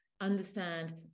understand